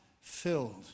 filled